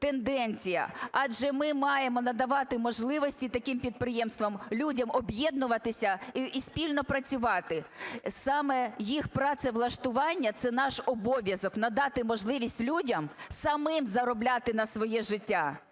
тенденція. Адже ми маємо надавати можливості таким підприємствам – людям об'єднуватися і спільно працювати. Саме їх працевлаштування – це наш обов'язок надати можливість людям самим заробляти на своє життя.